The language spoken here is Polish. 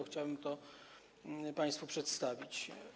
Chciałbym to państwu przedstawić.